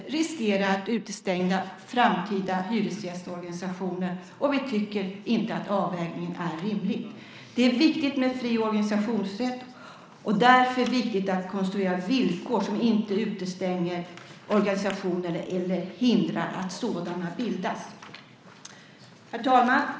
Det riskerar att utestänga framtida hyresgästorganisationer. Vi tycker inte att den avvägningen är rimlig. Det är viktigt med en fri organisationsrätt. Därför är det viktigt att konstruera villkor som inte utestänger organisationer eller hindrar att sådana bildas. Herr talman!